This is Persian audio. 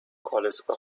کالسکه